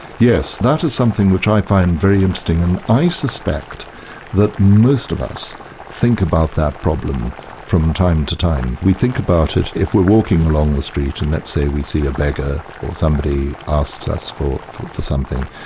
yes, that is something which i find very interesting, and i suspect that most of us think about that problem from time to time. we think about it if we're walking along the street, and let's say we see a beggar, or somebody asks us for for something.